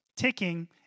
ticking